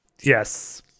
yes